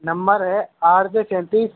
number हैं R J तैंतीस